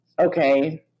okay